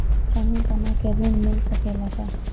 समूह बना के ऋण मिल सकेला का?